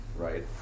right